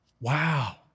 Wow